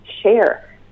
share